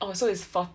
oh so it's forty